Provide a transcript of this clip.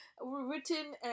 written